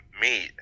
meat